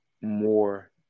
more